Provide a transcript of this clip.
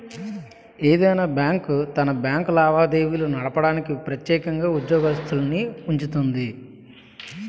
ఏదైనా బ్యాంకు తన బ్యాంకు లావాదేవీలు నడపడానికి ప్రెత్యేకంగా ఉద్యోగత్తులనుంచుతాది